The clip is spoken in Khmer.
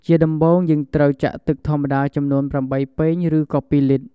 ជាដំំបូងយើងត្រូវចាក់ទឹកធម្មតាចំនួន ៨ពែង ឬក៏២លីត្រ